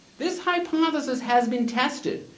this hypothesis has been tested.